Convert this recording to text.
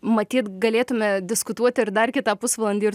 matyt galėtume diskutuoti ir dar kitą pusvalandį ir